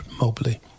Mobley